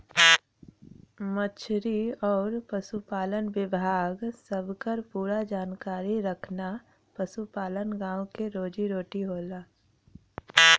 मछरी आउर पसुपालन विभाग सबकर पूरा जानकारी रखना पसुपालन गाँव क रोजी रोटी होला